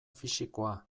fisikoa